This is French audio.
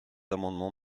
amendement